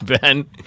Ben